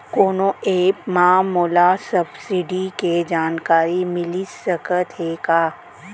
कोनो एप मा मोला सब्सिडी के जानकारी मिलिस सकत हे का?